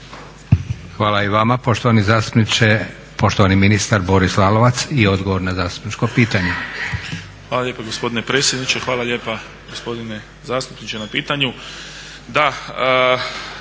Hvala i vama poštovani zastupniče. Poštovani ministar Boris Lalovac i odgovor na zastupničko pitanje. **Lalovac, Boris (SDP)** Hvala lijepo gospodine predsjedniče. Hvala lijepa gospodine zastupniče na pitanju.